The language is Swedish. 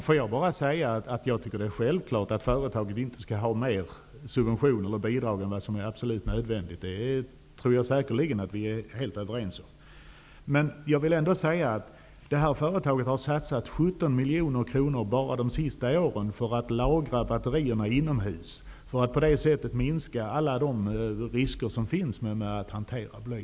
Herr talman! Jag tycker att det är självklart att företaget inte skall ha mer subventioner eller bidrag än som är absolut nödvändigt. Det är vi säkerligen helt överens om. Det här företaget har satsat 17 miljoner kronor bara de senaste åren för att lagra batterierna inomhus. På det sättet har man minskat alla de risker som finns vid hantering av bly.